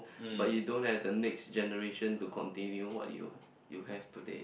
but you don't have the next generation to continue what you you have today